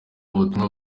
ubutumwa